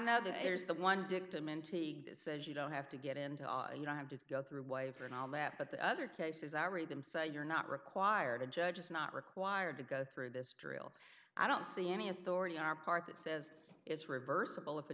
know there's the one victim and he says you don't have to get into all you don't have to go through waiver and all that but the other cases i read them say you're not required a judge is not required to go through this drill i don't see any authority on our part that says it's reversible if a